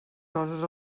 coses